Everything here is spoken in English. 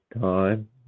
time